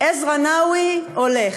עזרא נאווי, הולך.